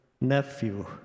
nephew